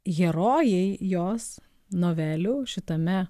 herojai jos novelių šitame